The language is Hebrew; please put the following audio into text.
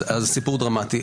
אז הסיפור דרמטי.